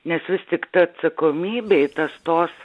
nes vis tik ta atsakomybė ir tas tos